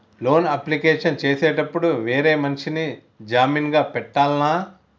Loan application చేసేటప్పుడు వేరే మనిషిని జామీన్ గా పెట్టాల్నా?